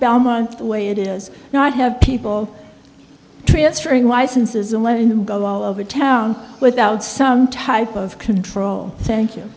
belmont the way it is not have people transferring licenses and letting them go all over town without some type of control thank you